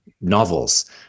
novels